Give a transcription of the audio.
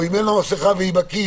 או אם אין לו מסכה והיא בכיס,